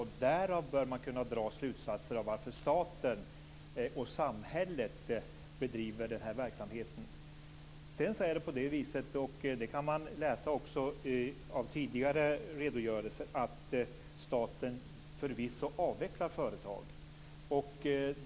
Av dem bör man kunna dra slutsatser om varför staten och samhället bedriver den här verksamheten. Sedan är det så - det kan man också utläsa ur tidigare redogörelser - att staten förvisso avvecklar företag.